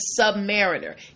Submariner